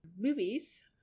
Movies